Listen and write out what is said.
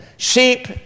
Sheep